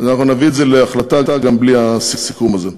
אז אנחנו נביא את זה להחלטה גם בלי הסיכום הזה.